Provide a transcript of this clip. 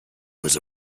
was